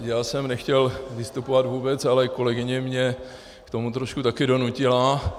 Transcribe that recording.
Já jsem nechtěl vystupovat vůbec, ale kolegyně mě k tomu trošku taky donutila.